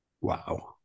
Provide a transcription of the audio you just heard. Wow